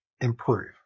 improve